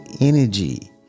energy